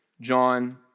John